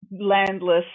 Landless